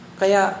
kaya